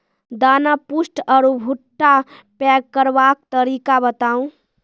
दाना पुष्ट आर भूट्टा पैग करबाक तरीका बताऊ?